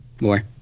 more